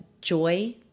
joy